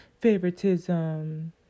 favoritism